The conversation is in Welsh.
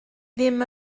ddim